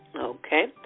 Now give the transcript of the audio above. Okay